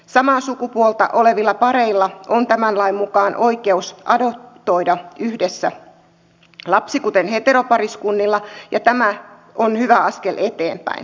samaa sukupuolta olevilla pareilla on tämän lain mukaan oikeus adoptoida yhdessä lapsi kuten heteropariskunnilla ja tämä on hyvä askel eteenpäin